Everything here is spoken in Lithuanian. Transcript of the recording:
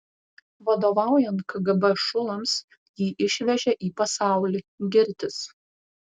vadovaujant kgb šulams jį išvežė į pasaulį girtis